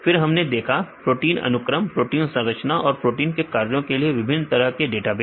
फिर हमने देखा प्रोटीन अनुक्रम प्रोटीन संरचना और प्रोटीन के कार्यों के लिए विभिन्न तरह के डेटाबेस